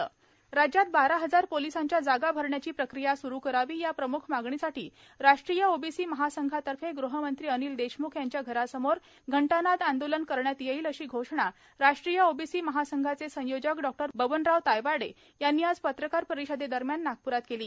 घंटानाद आंदोलन राज्यात बारा हजार पोलिसांच्या जागा भरण्याची प्रक्रिया सुरू करावी या प्रमुख मागणीसाठी राष्ट्रीय ओबीसी महासंघातर्फे गृहमंत्री अनिल देशमुख यांच्या घरासमोर घंटानाद आंदोलन करण्यात येईल अशी घोषणा राष्ट्रीय ओबीसी महासंघाचे संयोजक डॉक्टर बबनराव तायवाडे यांनी आज पत्रकार परिषदेदरम्यान नागप्रात केली